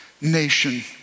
nation